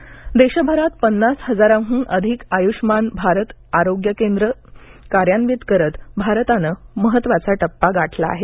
आयष्यमान भारत देशभरात पन्नास हजारांहून अधिक आयुष्यमान भारत आरोग्य केंद्र कार्यान्वित करत भारतानं महत्वाचा टप्पा गाठला आहे